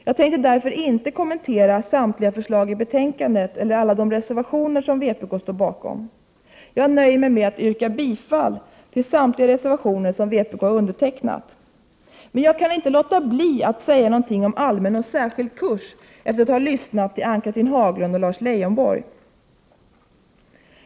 Jag skall därför inte kommentera samtliga förslag i betänkandet eller alla de reservationer som vpk står bakom. Jag nöjer mig med att yrka bifall till samtliga reservationer som vpk har undertecknat. Men jag kan inte låta bli att efter att ha lyssnat på Ann-Cathrine Haglund och Lars Leijonborg säga något om allmän och särskild kurs.